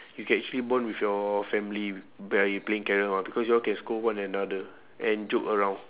you can actually bond with your family by playing carrom ah because y'all can scold one another and joke around